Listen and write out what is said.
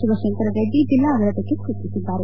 ಶಿವಶಂಕರರೆಡ್ಡಿ ಜಿಲ್ಲಾಡಳತಕ್ಕೆ ಸೂಚಿಸಿದ್ದಾರೆ